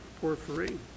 Porphyry